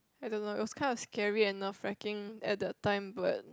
I don't know it was kind of scary and nerve wrecking at the time but